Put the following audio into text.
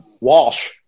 Walsh